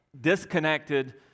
disconnected